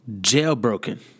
jailbroken